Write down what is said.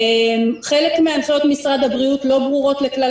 חלק מהנחיות משרד הבריאות לא ברורות לכלל